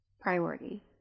priority